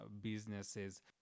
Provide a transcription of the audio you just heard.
businesses